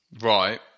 Right